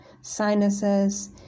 sinuses